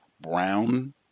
brown